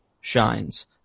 shines